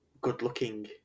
good-looking